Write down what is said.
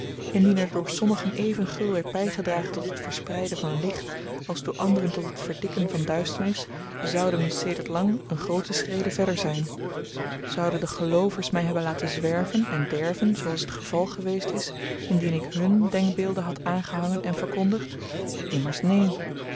er door sommigen even gul werd bygedragen tot het verspreiden van licht als door anderen tot het verdikken van duisternis zouden we sedert lang n groote schrede verder zyn zouden de geloovers my hebben laten zwerven en derven zooals t geval geweest is indien ik hun denkbeelden had aangehangen en verkondigd immers neen